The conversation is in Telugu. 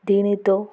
దీనితో